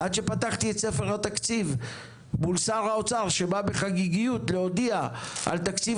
עד שפתחתי את ספר התקציב מול שר האוצר שבא בחגיגיות להודיע על תקציב